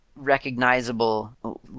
recognizable